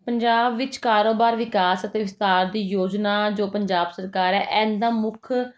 ਪੰਜਾਬ ਵਿੱਚ ਕਾਰੋਬਾਰ ਵਿਕਾਸ ਅਤੇ ਵਿਸਥਾਰ ਦੀ ਯੋਜਨਾ ਜੋ ਪੰਜਾਬ ਸਰਕਾਰ ਹੈ ਇਹਦਾ ਮੁੱਖ